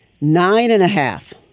Nine-and-a-half